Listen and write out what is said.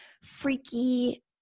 freaky